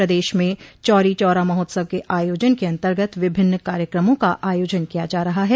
प्रदेश में चौरी चौरा महोत्सव के आयोजन के अन्तर्गत विभिन्न कार्यकमों का आयोजन किया जा रहा है